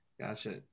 Gotcha